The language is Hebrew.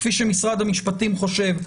כפי שמשרד המשפטים חושב,